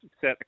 set